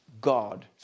God